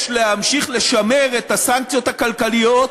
יש להמשיך לשמר את הסנקציות הכלכליות,